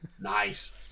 Nice